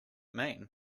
mean